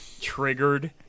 Triggered